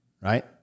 right